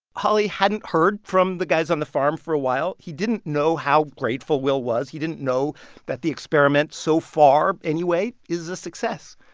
holly hadn't heard from the guys on the farm for a while. he didn't know how grateful will was. he didn't know that the experiment so far, anyway is a success.